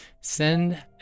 Send